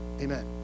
Amen